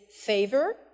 favor